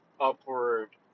upward